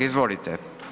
Izvolite.